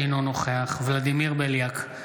אינו נוכח ולדימיר בליאק,